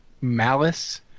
malice